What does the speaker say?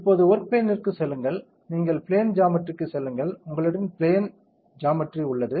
இப்போது ஒர்க் பிளேன்ற்கு செல்லுங்கள் நீங்கள் பிளேன் ஜாமெட்ரிக்குச் செல்லுங்கள் உங்களிடம் பிளேன் ஜாமெட்ரி உள்ளது